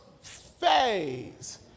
phase